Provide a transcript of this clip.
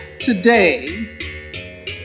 today